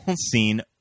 scene